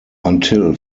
until